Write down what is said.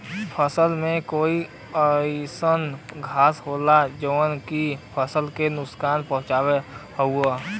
फसल में कई अइसन घास होला जौन की फसल के नुकसान पहुँचावत हउवे